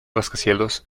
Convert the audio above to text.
rascacielos